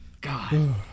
God